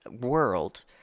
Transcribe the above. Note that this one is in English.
world